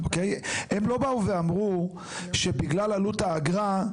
הם לא באו ואמרו שבגלל עלות האגרה,